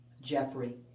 Jeffrey